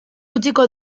utziko